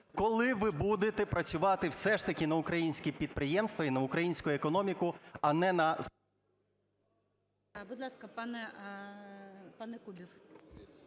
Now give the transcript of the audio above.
Коли ви будете працювати все ж таки на українські підприємства і на українську економіку, а не на… ГОЛОВУЮЧИЙ. Будь ласка, пане Кубів.